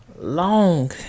Long